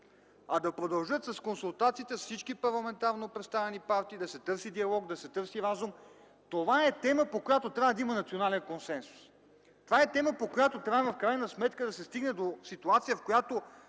а да продължат с консултациите с всички парламентарно представени партии, да се търси диалог, да се търси разум. Това е тема, по която трябва да има национален консенсус. Това е тема, по която трябва в крайна сметка да се стигне до ситуация, която